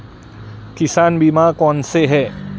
किसान बीमा कौनसे हैं?